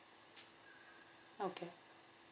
okay